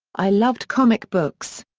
i loved comic books.